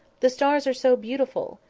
the stars are so beautiful!